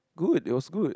good it was good